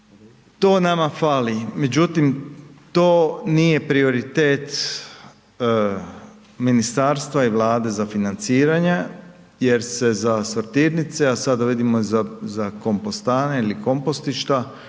To nama fali, međutim to nije prioritet ministarstva i Vlade za financiranje jer se za sortirnice, a sada vidimo i za kompostane ili kompostišta